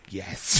yes